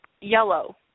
yellow